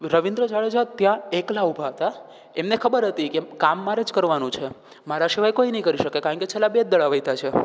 રવીન્દ્ર જાડેજા ત્યાં એકલા ઊભા હતા એમને ખબર હતી કે કામ મારે જ કરવાનું છે મારા સિવાય કોય નહીં કરી શકે કારણ કે છેલ્લા બે જ દડા વધ્યા છે